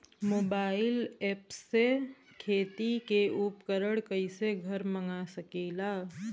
Mobile ऐपसे खेती के उपकरण कइसे घर मगा सकीला?